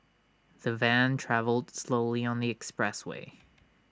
the van travelled slowly on the expressway